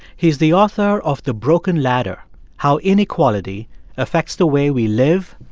he's the author of the broken ladder how inequality affects the way we live,